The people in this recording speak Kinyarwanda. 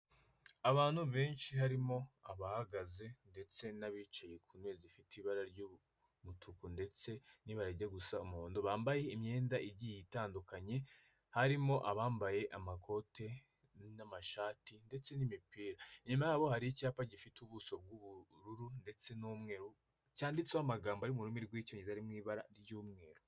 Abantu benshi harimo abahagaze ndetse n'abicaye ku ntebe zifite ibara ry'umutuku ndetse n'ibara rijya gusa umuhondo, bambaye imyenda igiye itandukanye harimo abambaye amakote n'amashati ndetse n'imipira nyuma yaho hari icyapa gifite ubuso bw'ubururu ndetse n'umweru cyanditseho amagambo ari mu rurimi rw'cyoyungereza ari mu ibara ry'umweru.